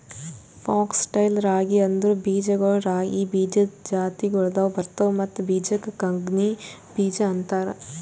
fox tail ragi ಅಂದುರ್ ಬೀಜಗೊಳ್ ರಾಗಿ ಬೀಜದ್ ಜಾತಿಗೊಳ್ದಾಗ್ ಬರ್ತವ್ ಮತ್ತ ಬೀಜಕ್ ಕಂಗ್ನಿ ಬೀಜ ಅಂತಾರ್